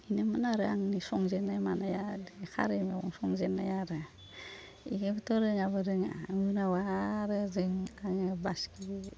बेनोमोन आरो आंनि संजेन्नाय मानाया बिदिनो खारै मेगं संजेन्नाया आरो बेखौबोथ' रोङाबो रोङा उनाव आरो जों आङो बासिखि